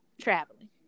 traveling